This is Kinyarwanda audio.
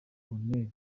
colonel